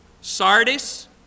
Sardis